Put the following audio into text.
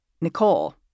Nicole